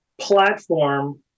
platform